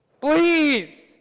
Please